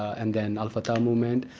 and then al-fatah movement.